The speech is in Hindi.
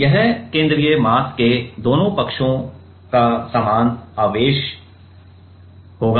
यह केंद्रीय मास के दोनों पक्षों का समान आवेश होगा